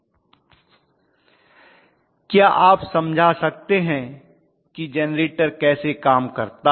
छात्र क्या आप समझा सकते हैं कि जनरेटर कैसे कम करता है